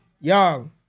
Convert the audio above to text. Young